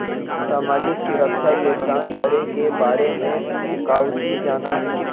सामाजिक सुरक्षा योगदान करे के बारे में तू काउची जाना हुँ?